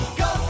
go